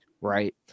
right